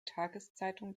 tageszeitung